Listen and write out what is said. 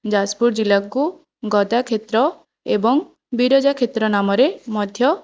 ଯାଜପୁର ଜିଲ୍ଲାକୁ ଗଦାକ୍ଷେତ୍ର ଏବଂ ବିରଜାକ୍ଷେତ୍ର ନାମରେ ମଧ୍ୟ